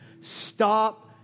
stop